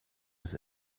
was